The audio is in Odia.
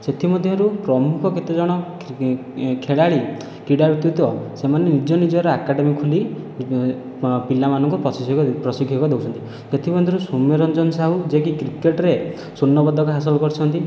ସେଥିମଧ୍ୟରୁ ପ୍ରମୁଖ କେତେଜଣ ଖେଳାଳି କ୍ରିଡ଼ା ବ୍ୟକ୍ତିତ୍ୱ ସେମାନେ ନିଜ ନିଜର ଆକାଡ଼େମି ଖୋଲି ପିଲାମାନଙ୍କୁ ପ୍ରଶିକ୍ଷକ ଦେଉଛନ୍ତି ସେଥିମଧ୍ୟରୁ ସୋମ୍ୟରଞ୍ଜନ ସାହୁ ଯିଏକି କ୍ରିକେଟରେ ସ୍ଵର୍ଣ୍ଣ ପଦକ ହାସଲ କରିଛନ୍ତି